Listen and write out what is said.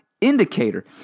indicator